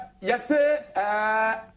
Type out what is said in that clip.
yes